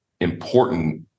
important